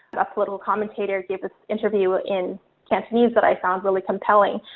a political commentator, gave this interview in cantonese that i found really compelling.